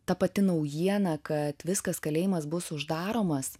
ta pati naujiena kad viskas kalėjimas bus uždaromas